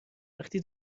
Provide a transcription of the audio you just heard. وقتی